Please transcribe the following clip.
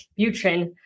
Butrin